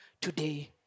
today